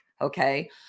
okay